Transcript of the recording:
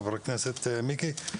חבר הכנסת זוהר,